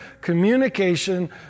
communication